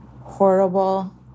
Horrible